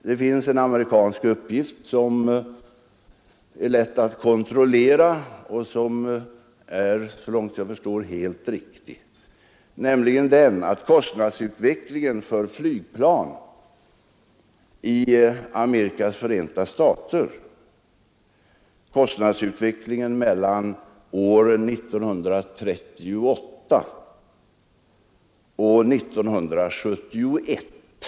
Det finns en amerikansk uppgift, som är lätt att kontrollera och som så långt jag förstår är helt riktig, nämligen om kostnadsutvecklingen för flygplan i Amerikas förenta stater mellan åren 1938 och 1971.